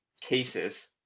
cases